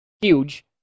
huge